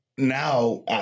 Now